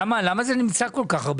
למה זה נמצא כל כך הרבה?